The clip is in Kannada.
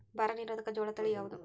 ಬರ ನಿರೋಧಕ ಜೋಳ ತಳಿ ಯಾವುದು?